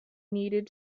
needed